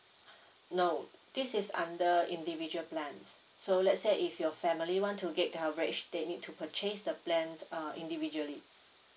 no this is under individual plan so let's say if your family want to get coverage they need to purchase the plan uh individually